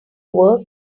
work